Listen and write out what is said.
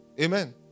Amen